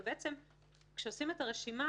אבל כשעושים את הרשימה,